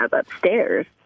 upstairs